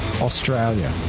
Australia